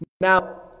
Now